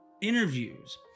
interviews